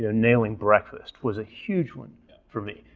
yeah nailing breakfast was a huge one for me.